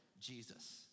Jesus